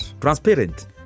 transparent